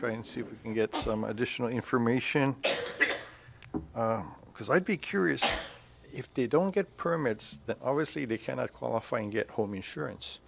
try and see if we can get some additional information because i'd be curious if they don't get permits obviously they cannot qualify and get home insurance